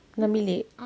dalam bilik